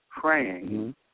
praying